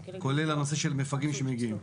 כולל הנושא של מפגעים שמגיעים.